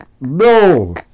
no